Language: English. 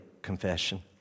confession